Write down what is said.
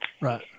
Right